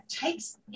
takes